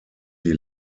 die